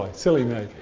and silly me.